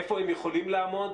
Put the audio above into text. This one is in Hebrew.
איפה הם יכולים לעמוד?